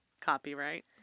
Copyright